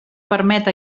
permet